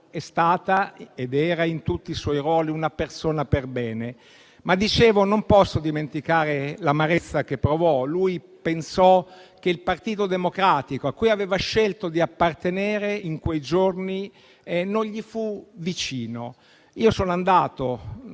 è stato ed era, in tutti i suoi ruoli, una persona perbene. Non posso dimenticare l'amarezza che provò. Egli pensò che il Partito Democratico, a cui aveva scelto di appartenere, in quei giorni non gli fu vicino. Nei giorni